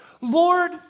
Lord